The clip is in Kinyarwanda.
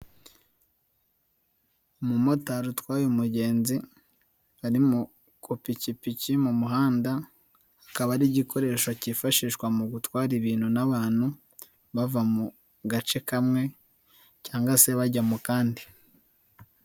Umumotari utwaye umugenzi, arimo ku pikipiki iri mu muhanda. Akaba ari igikoresho cyifashishwa mu gutwara ibintu n'abantu, bava mu gace kamwe, cyangwa se bajya mu kandi.